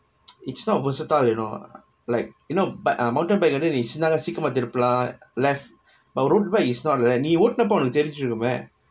it's not versatile you know like you know but ah motorbike bike வந்து நீ:vanthu nee sinang கா சீக்கிரமா திருப்பலா:kaa seekiramaa tiruppalaa left but road bike is not like நீ ஒட்னப்ப உனக்கு தெரிஞ்சு இருக்குனுமே:nee otnappa unakku terinju irukkunomae